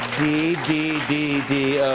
d d d d